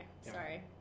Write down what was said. Sorry